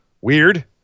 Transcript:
weird